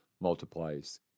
multiplies